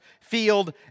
field